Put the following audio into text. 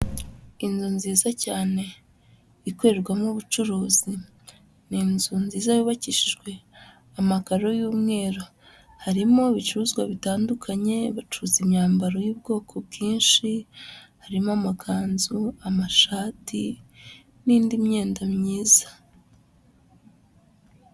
Inzu nziza cyane ikorerwamo ubucuruzi, n'inzu nziza yubakishijwe amakaro y'umweru, harimo ibicuruzwa bitandukanye, bacuruza imyambaro y'ubwoko bwinshi harimo amakanzu, amashati n'indi myenda myiza.